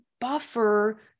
buffer